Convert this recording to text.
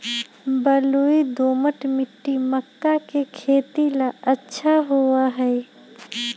बलुई, दोमट मिट्टी मक्का के खेती ला अच्छा होबा हई